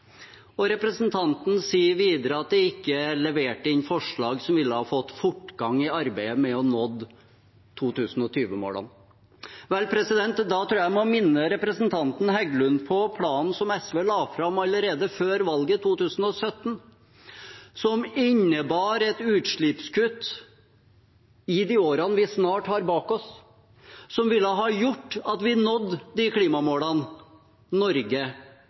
Representanten sier videre at det ikke er levert inn forslag som ville fått fortgang i arbeidet med å nå 2020-målene. Vel, da tror jeg at jeg må minne representanten Heggelund om planen som SV la fram allerede før valget i 2017, som innebar et utslippskutt i de årene vi snart har bak oss, som ville gjort at vi nådde de klimamålene Norge